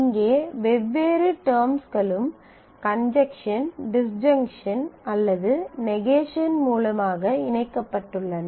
இங்கே வெவ்வேறு டெர்ம்ஸ்களும் கஞ்சுங்க்ஷன் - Conjunction டிஸ்ஜுங்க்ஷன் Disjunction ν அல்லது நெகேஷன் Negation ¬ மூலமாக இணைக்கப்பட்டுள்ளன